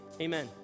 Amen